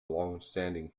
longstanding